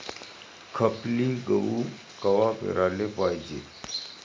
खपली गहू कवा पेराले पायजे?